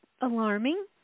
alarming